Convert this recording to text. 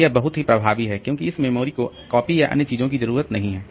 और यह बहुत ही प्रभावी है क्योंकि इस मेमोरी को कॉपी या अन्य चीजों की जरूरत नहीं है